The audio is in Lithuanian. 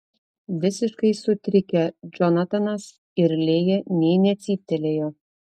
visiškai sutrikę džonatanas ir lėja nė necyptelėjo